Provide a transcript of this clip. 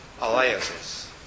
alliances